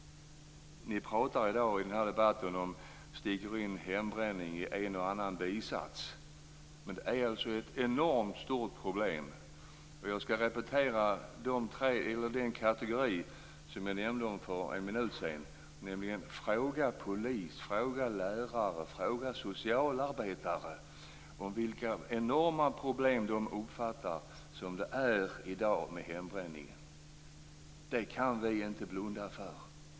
I dag har hembränning nämnts i en och annan bisats i debatten. Det är ett enormt stort problem. Jag skall repetera de kategorier jag nämnde för någon minut sedan: Fråga polis, lärare och socialarbetare om vilka enorma problem de uppfattar att det i dag finns med hembränning. Det kan vi inte blunda för.